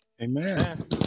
Amen